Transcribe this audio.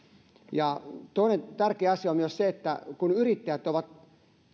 ja toinen tärkeä asia on se kun yrittäjät ovat